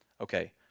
Okay